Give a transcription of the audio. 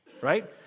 Right